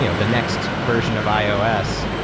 you know the next version of ios.